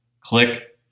click